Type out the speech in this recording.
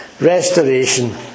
restoration